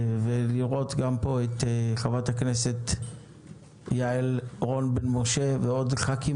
לראות גם פה את חברת הכנסת יעל רון בן משה ועוד ח"כים